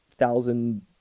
thousand